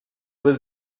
was